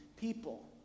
people